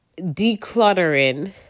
decluttering